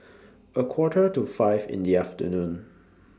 A Quarter to five in The afternoon